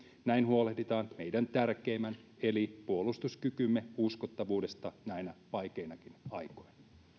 näin huolehditaan meidän tärkeimmän eli puolustuskykymme uskottavuudesta näinä vaikeinakin aikoina